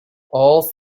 all